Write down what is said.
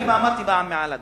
ואמרתי כבר מעל לדוכן,